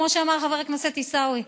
כמו שאמר חבר הכנסת עיסאווי,